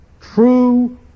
True